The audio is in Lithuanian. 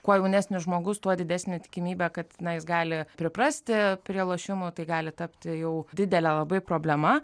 kuo jaunesnis žmogus tuo didesnė tikimybė kad jis gali priprasti prie lošimų tai gali tapti jau didele labai problema